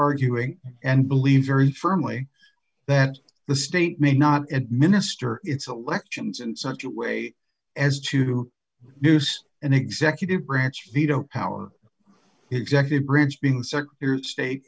arguing and believe very firmly that the state may not administer its a lections in such a way as to use an executive branch veto power executive branch being s